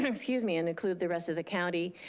excuse me, and include the rest of the county.